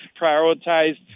prioritized